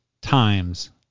times